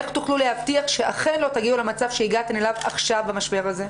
איך תוכלו להבטיח שאכן לא תגיעו למצב שהגעתן אליו עכשיו במשבר הזה?